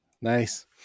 Nice